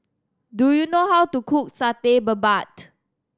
do you know how to cook Satay Babat